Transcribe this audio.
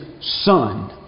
son